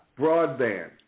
broadband